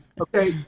Okay